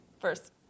first